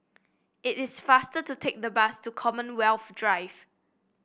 it is faster to take the bus to Commonwealth Drive